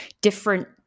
different